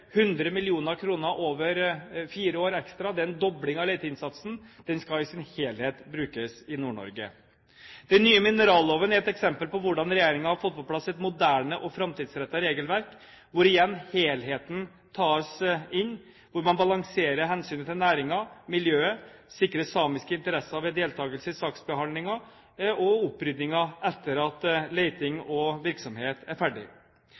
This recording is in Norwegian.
100 mill. kr over fire år ekstra er en dobling av leteinnsatsen. Den skal i sin helhet brukes i Nord-Norge. Den nye mineralloven er et eksempel på hvordan regjeringen har fått på plass et moderne og framtidsrettet regelverk, hvor igjen helheten tas inn, og hvor man balanserer hensynet til næringen og miljøet, sikrer samiske interesser ved deltakelse i saksbehandlingen og opprydningen etter at leting og virksomhet er ferdig.